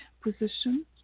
position